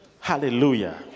Hallelujah